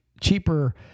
cheaper